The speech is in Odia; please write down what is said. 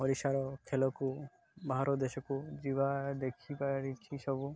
ଓଡ଼ିଶାର ଖେଳକୁ ବାହାର ଦେଶକୁ ଯିବା ଦେଖପାରିଛି ସବୁ